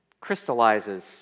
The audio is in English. crystallizes